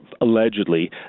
allegedly